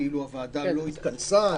כאילו הוועדה לא התכנסה?